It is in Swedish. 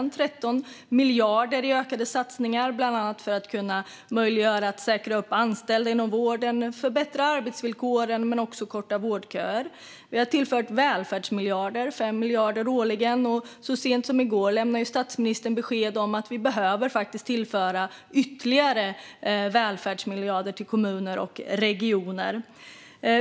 Det är 13 miljarder i ökade satsningar, bland annat för att göra det möjligt att säkra antalet anställda inom vården, förbättra arbetsvillkoren och korta vårdköerna. Vi har tillfört välfärdsmiljarder, 5 miljarder årligen, och så sent som i går lämnade statsministern besked om att vi behöver tillföra ytterligare välfärdsmiljarder till kommuner och regioner.